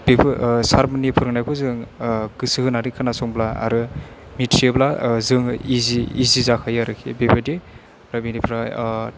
बेफोर सारमोननि फोरोंनायखौ जों गोसो होनानै खोनासंब्ला आरो मिथियोब्ला जोङो इजि इजि जाखायो आरोखि बेबायदि ओमफ्राय बिनिफ्राय